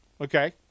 Okay